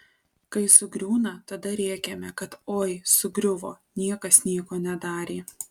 kai sugriūna tada rėkiame kad oi sugriuvo niekas nieko nedarė